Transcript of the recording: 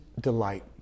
delight